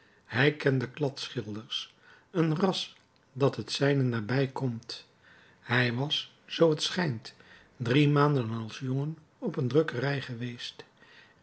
hij kende kladschilders een ras dat het zijne nabij komt hij was zoo t schijnt drie maanden als jongen op een drukkerij geweest